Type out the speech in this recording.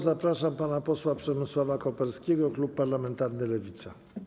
Zapraszam pana posła Przemysława Koperskiego, klub parlamentarny Lewicy.